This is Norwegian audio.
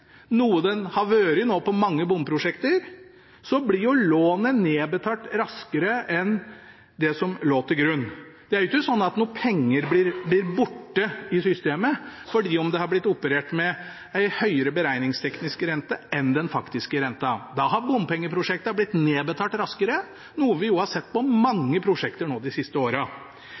noe den har vært på mange bomprosjekter, blir lånet nedbetalt raskere enn det som lå til grunn. Det er jo ikke sånn at noen penger blir borte i systemet selv om det har blitt operert med en høyere beregningsteknisk rente enn den faktiske renten. Da har bompengeprosjektene blitt nedbetalt raskere, noe vi har sett på